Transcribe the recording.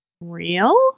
real